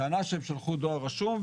טענה שהם שלחו דואר רשום,